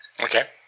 Okay